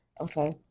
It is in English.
Okay